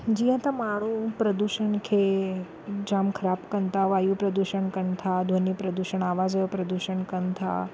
जीअं त माण्हू प्रदूषण खे जाम ख़राब कनि था वायू प्रदूषण कनि था ध्वनी प्रदूषण आवाज़ जो प्रदूषण कनि था